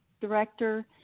director